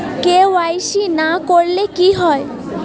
KYC না করলে কি হয়?